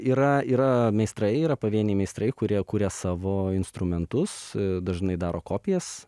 yra yra meistrai yra pavieniai meistrai kurie kuria savo instrumentus dažnai daro kopijas